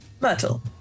Myrtle